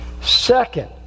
Second